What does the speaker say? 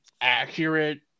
accurate